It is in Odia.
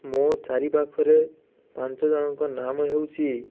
ମୋ ଚାରିପାଖରେ ପାଞ୍ଚ ଜଣଙ୍କ ନାମ ହେଉଛି